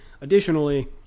Additionally